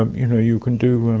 um you know you can do